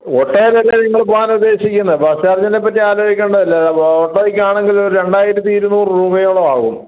ഓട്ടോയിലല്ലേ നിങ്ങൾ പോകാനുദ്ദേശിക്കുന്നത് ബസ്സ് ചാർജിനെപ്പറ്റി ആലോചിക്കേണ്ടതില്ലല്ലോ ഓട്ടോയ്ക്കാണെങ്കിൽ ഒരു രണ്ടായിരത്തി ഇരുന്നൂറ് രൂപയോളം ആവും